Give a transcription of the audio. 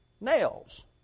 nails